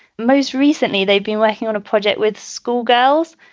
most recently they've been working on a project with schoolgirl's.